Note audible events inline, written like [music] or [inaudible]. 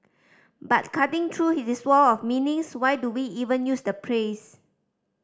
but cutting through [unintelligible] this wall of meanings why do we even use the praise